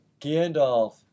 Gandalf